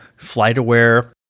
FlightAware